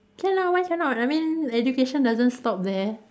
can lah why cannot I mean education doesn't stop there